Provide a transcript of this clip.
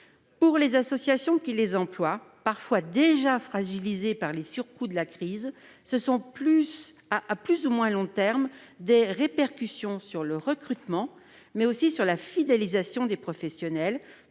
Pour les associations qui les emploient, parfois déjà fragilisées par les surcoûts de la crise, il y aura, à plus ou moins long terme, des répercussions sur le recrutement, mais aussi sur la fidélisation des professionnels,